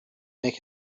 make